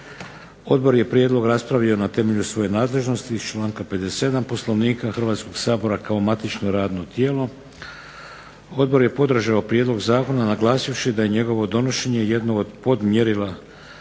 Odbor je prijedlog raspravio na temelju svoje nadležnosti iz članka 57. Poslovnika Hrvatskog sabora kao matično radno tijelo. Odbor je podržao prijedlog zakona naglasivši da je njegovo donošenje jednog od podmjerila za